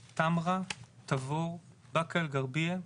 תמרה, תבור, באקה אל גרבייה,